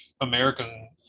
american